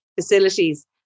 facilities